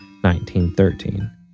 1913